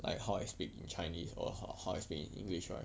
like how I speak in chinese or how how I speak in english right